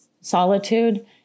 solitude